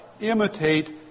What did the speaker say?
imitate